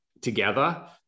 together